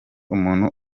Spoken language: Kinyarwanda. umuntu